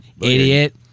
idiot